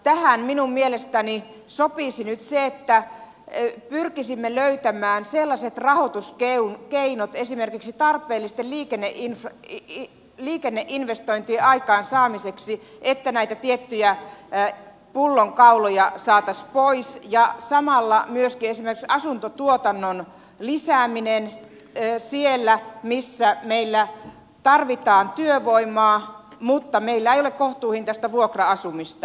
tähän minun mielestäni sopisi nyt se että pyrkisimme löytämään esimerkiksi tarpeellisten liikenneinvestointien aikaansaamiseksi sellaiset rahoituskeinot että näitä tiettyjä pullonkauloja saataisiin pois ja samalla myöskin esimerkiksi lisättäisiin asuntotuotantoa siellä missä meillä tarvitaan työvoimaa mutta meillä ei ole kohtuuhintaista vuokra asumista